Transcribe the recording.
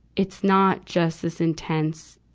it's not just this intense,